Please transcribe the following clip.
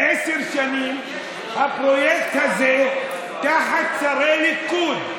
עשר שנים הפרויקט הזה תחת שרי ליכוד,